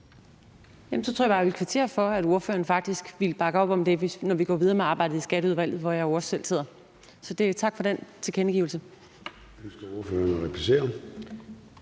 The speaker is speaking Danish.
så tror jeg bare, jeg vil kvittere for, at ordføreren faktisk vil bakke op om det, når vi går videre med arbejdet i Skatteudvalget, hvor jeg jo også selv sidder. Så tak for den tilkendegivelse.